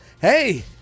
hey